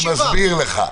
אני מסביר לך.